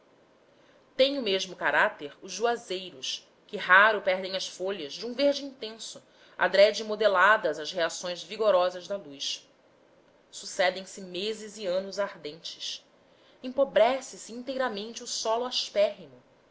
o mesmo caráter os juazeiros que raro perdem as folhas de um verde intenso adrede modeladas às reações vigorosas da luz sucedem se meses e anos ardentes empobrece se inteiramente o solo aspérrimo